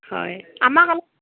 হয় আমাক অ